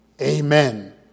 Amen